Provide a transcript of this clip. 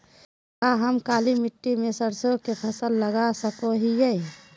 का हम काली मिट्टी में सरसों के फसल लगा सको हीयय?